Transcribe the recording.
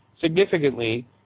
Significantly